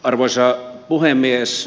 arvoisa puhemies